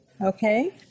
Okay